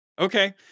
Okay